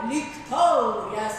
lyg taurę